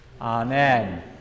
Amen